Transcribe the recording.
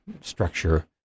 structure